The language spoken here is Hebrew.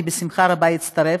אני בשמחה רבה אצטרף,